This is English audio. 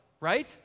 right